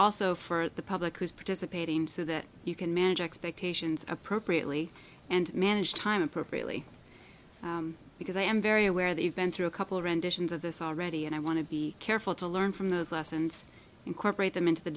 also for the public who's participating so that you can manage expectations appropriately and manage time appropriately because i am very aware they've been through a couple renditions of this already and i want to be careful to learn from those lessons incorporate them into the